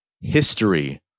history